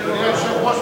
אדוני היושב-ראש,